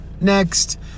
next